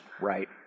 Right